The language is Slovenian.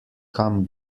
kam